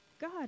God